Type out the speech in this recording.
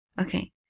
okay